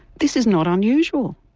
this is not unusual.